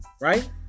right